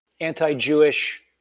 anti-Jewish